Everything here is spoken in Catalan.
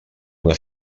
una